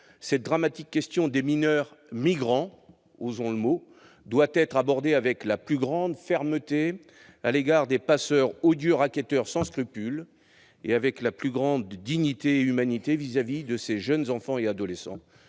cette dramatique question des mineurs migrants- osons le mot ! -doit être abordée avec la plus grande fermeté à l'égard des passeurs, odieux raquetteurs sans scrupules, et avec la plus grande dignité et humanité envers ces jeunes enfants et adolescents.